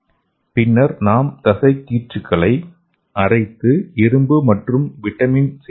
பின்னர் நாம் தசை கீற்றுகளை அரைத்து இரும்பு மற்றும் வைட்டமின்களை சேர்க்கலாம்